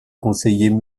conseillers